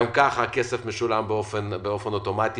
גם ככה הכסף משולם באופן אוטומטי?